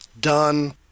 done